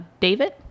David